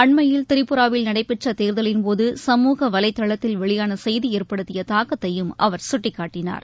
அண்மையில் திரிபுராவில் நடைபெற்ற தேர்தலின்போது சமூக வலைதளத்தில் வெளியான செய்தி ஏற்படுத்திய தாக்கத்தையும் அவர் சுட்டிக்காட்டினார்